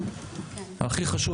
הכי חשוב,